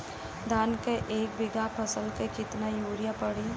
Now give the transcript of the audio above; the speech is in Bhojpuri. धान के एक बिघा फसल मे कितना यूरिया पड़ी?